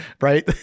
Right